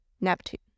Neptune